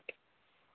okay